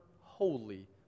holy